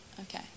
Okay